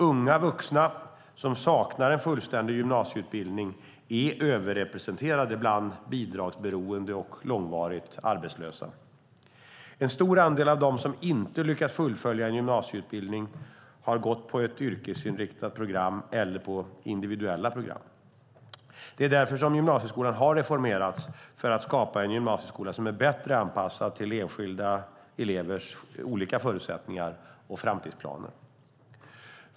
Unga vuxna som saknar en fullständig gymnasieutbildning är överrepresenterade bland bidragsberoende och långvarigt arbetslösa. En stor andel av dem som inte lyckats fullfölja en gymnasieutbildning har gått på yrkesinriktade program eller på individuella program. Det är därför som gymnasieskolan har reformerats för att skapa en gymnasieskola som är bättre anpassad till elevernas skilda förutsättningar och framtidsplaner.